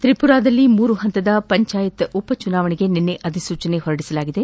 ತ್ರಿಪುರಾದಲ್ಲಿ ಮೂರು ಪಂತದ ಪಂಚಾಯತ್ ಉಪಚುನಾವಣೆಗೆ ನಿನ್ನೆ ಅಧಿಸೂಚನೆ ಹೊರಡಿಸಲಾಗಿದೆ